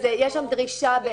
יש שם דרישה.